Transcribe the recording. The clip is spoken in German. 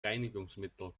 reinigungsmittel